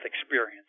experience